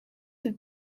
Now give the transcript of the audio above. have